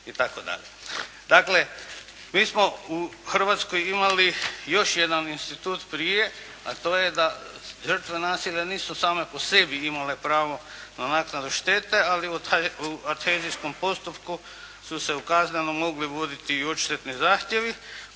Dakle, mi smo u Hrvatskoj imali još jedan institut prije, a to je da žrtve nasilja nisu same po sebi imale pravo na naknadu štete, ali u Adhezijskom postupku su se u kaznenom mogle uvoditi i odštetni zahtjevi,